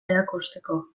erakusteko